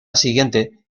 siguiente